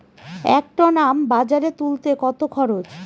এক টন আম বাজারে তুলতে কত খরচ?